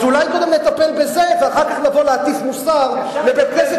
אז אולי קודם נטפל בזה ואחר כך נבוא להטיף מוסר לבית-ספר.